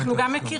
אנחנו גם מכירים,